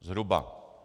Zhruba.